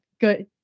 Good